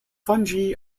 fungi